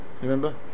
Remember